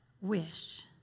wish